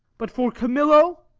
but for camillo?